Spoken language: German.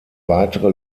weitere